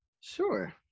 Sure